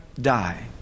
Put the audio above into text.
die